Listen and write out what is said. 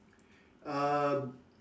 uh